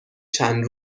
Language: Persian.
چند